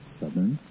southern